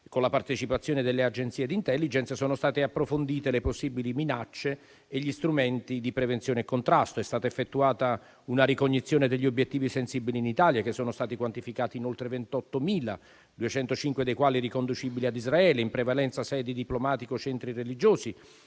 con la partecipazione delle agenzie di *Intelligence*, sono stati approfonditi le possibili minacce e gli strumenti di prevenzione e contrasto. È stata effettuata una ricognizione degli obiettivi sensibili in Italia, che sono stati quantificati in oltre 28.000, 205 dei quali riconducibili ad Israele, in prevalenza sedi diplomatiche o centri religiosi.